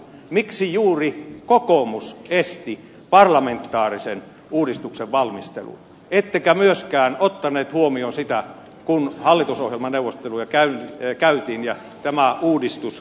miksi juuri kokoomus esti parlamentaarisen uudistuksen valmistelun ettekä myöskään ottaneet huomioon sitä kun hallitusohjelmaneuvotteluja käytiin ja tämä uudistus käynnistettiin